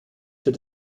für